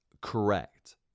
correct